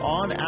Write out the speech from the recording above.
on